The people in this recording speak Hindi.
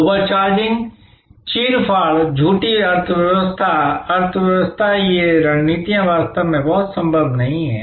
ओवर चार्जिंग चीर फाड़ झूठी अर्थव्यवस्था अर्थव्यवस्था ये रणनीतियाँ वास्तव में बहुत संभव नहीं हैं